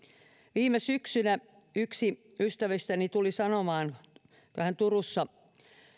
viime syksynä yksi ystävistäni tuli sanomaan kun hän turussa